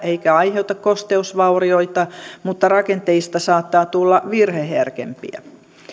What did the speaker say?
eikä aiheuta kosteusvaurioita mutta rakenteista saattaa tulla virheherkempiä